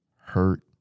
hurt